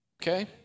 Okay